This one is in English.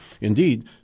indeed